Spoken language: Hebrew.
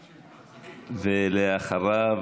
אחריו,